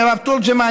מרב תורג'מן,